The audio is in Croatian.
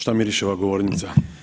Šta miriše ova govornica.